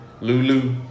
Lulu